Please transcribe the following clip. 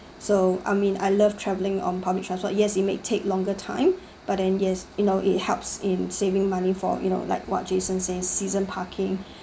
so I mean I love travelling on public transport yes you may take longer time but then yes you know it helps in saving money for you know like what jason says season parking